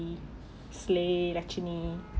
the